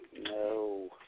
No